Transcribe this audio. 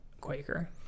Quaker